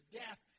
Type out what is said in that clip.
death